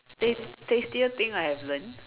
tast~ tastiest thing I have learned